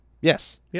Yes